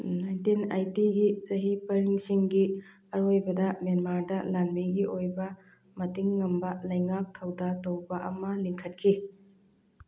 nineteen ꯑꯦꯠꯇꯤꯒꯤ ꯆꯍꯤ ꯄꯔꯤꯡꯁꯤꯡꯒꯤ ꯑꯔꯣꯏꯕꯗ ꯃꯦꯟꯃꯥꯔꯗ ꯂꯥꯟꯃꯤꯒꯤ ꯑꯣꯏꯕ ꯃꯇꯤꯡ ꯉꯝꯕ ꯂꯩꯉꯥꯛ ꯊꯧꯗꯥꯡ ꯇꯧꯕ ꯑꯃ ꯂꯤꯡꯈꯠꯈꯤ